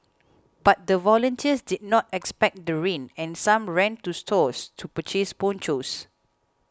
but the volunteers did not expect the rain and some ran to stores to purchase ponchos